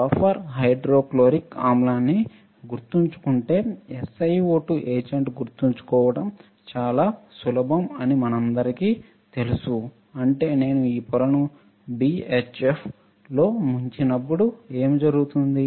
buffer hydrofluoric ఆమ్లాన్ని గుర్తుంచుకుంటే SiO2 etchant గుర్తుంచుకోవడం చాలా సులభం అని మనందరికీ తెలుసు అంటే నేను ఈ పొరను BHF లో ముంచినప్పుడు ఏమి జరుగుతుంది